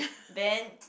Ben